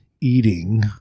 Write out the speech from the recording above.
eating